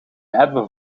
hebben